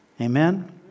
Amen